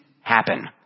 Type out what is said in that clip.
happen